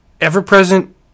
ever-present